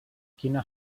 quina